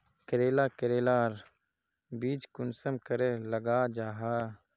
करेला करेलार बीज कुंसम करे लगा जाहा?